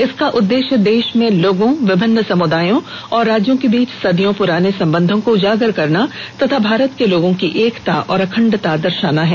इसका उद्देश्य देश के लोगों विभिन्न समुदायों और राज्यों के बीच सदियों पुराने संबंधों को उजागर करना तथा भारत के लोगों की एकता और अखंडता दर्शाना है